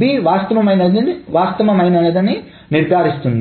B వాస్తవమైనదని నిర్ధారిస్తుంది